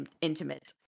intimate